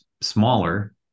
smaller